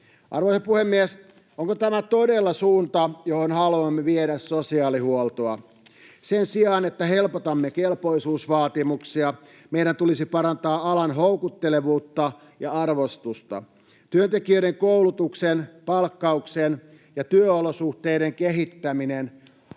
Arvoisa puhemies! Onko tämä todella suunta, johon haluamme viedä sosiaalihuoltoa? Sen sijaan, että helpotamme kelpoisuusvaatimuksia, meidän tulisi parantaa alan houkuttelevuutta ja arvostusta. Työntekijöiden koulutuksen, palkkauksen ja työolosuhteiden kehittäminen